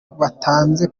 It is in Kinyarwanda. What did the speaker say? batanze